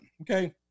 Okay